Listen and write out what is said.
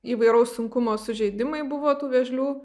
įvairaus sunkumo sužeidimai buvo tų veržlių